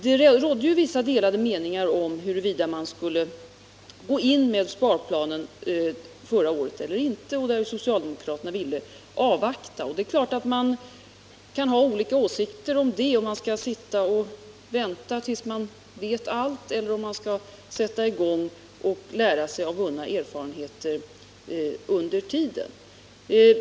Det rådde vissa delade meningar om huruvida man skulle gå in med sparplanen förra året eller inte; socialdemokraterna ville avvakta. Man kan naturligtvis ha olika åsikter om detta — om man skall sitta och vänta tills man vet allt eller sätta i gång och lära sig av vunna erfarenheter under tiden.